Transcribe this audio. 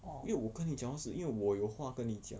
因为我跟你讲话是因为我有话跟你讲